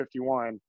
51